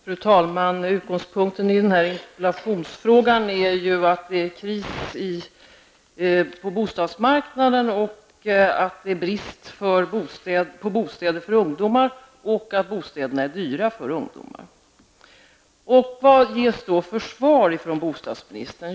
Fru talman! Utgångspunkten i den här interpellationen är ju att det är det är kris på bostadsmarknaden, att det är brist på bostäder för ungdomar och att bostäderna är dyra för ungdomar. Vilket svar ger då bostadsministern?